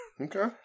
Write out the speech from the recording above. okay